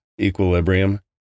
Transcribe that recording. equilibrium